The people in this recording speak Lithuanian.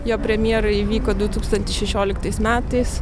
jo premjera įvyko du tūkstantis šešioliktais metais